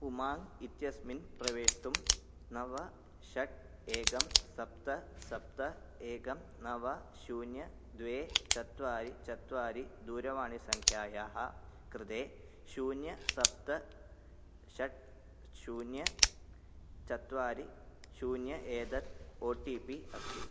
उमाङ्ग् इत्यस्मिन् प्रवेष्टुं नव षट् एकं सप्त सप्त एकं नव शून्यं द्वे चत्वारि चत्वारि दूरवाणीसंख्यायाः कृते शून्यं सप्त षट् शून्यं चत्वारि शून्यम् एतद् ओ टि पि अस्ति